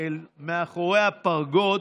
מאחורי הפרגוד,